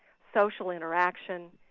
social interaction,